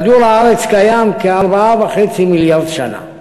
כדור-הארץ קיים כ-4.5 מיליארד שנה.